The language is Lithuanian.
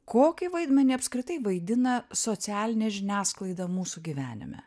kokį vaidmenį apskritai vaidina socialinė žiniasklaida mūsų gyvenime